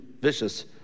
vicious